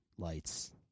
Lights